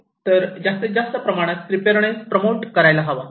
तर जास्तीत जास्त प्रमाणात प्रिपेअरनेस प्रमोट करायला हवा